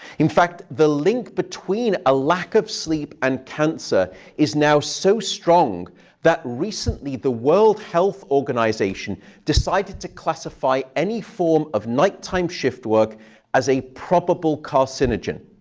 in fact, the link between a lack of sleep and cancer is now so strong that recently the world health organization decided to classify any form of nighttime shift work as a probable carcinogen.